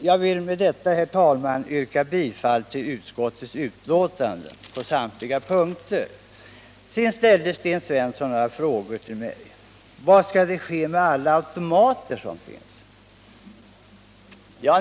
Jag vill med detta, herr talman, yrka bifall till utskottets hemställan på samtliga punkter. Sedan ställde Sten Svensson några frågor till mig, bl.a.: Vad skall ske med alla automater som finns?